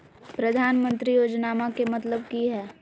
प्रधानमंत्री योजनामा के मतलब कि हय?